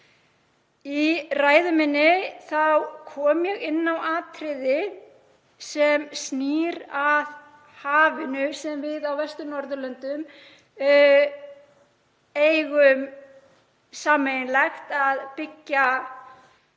Í ræðu minni kom ég inn á atriði sem snýr að hafinu, sem við á Vestur- Norðurlöndum eigum sameiginlegt að byggja